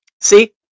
See